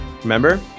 remember